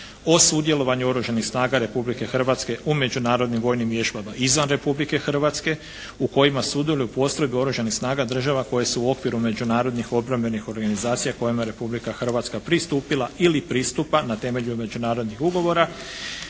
O sudjelovanju Oružanih snaga Republike Hrvatske u međunarodnim vojnim vježbama izvan Republike Hrvatske u kojima sudjeluju postrojbe Oružanih snaga država koje su u okviru međunarodnih obrambenih organizacija kojima je Republika Hrvatska pristupila ili pristupa na temelju međunarodnih ugovora